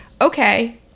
okay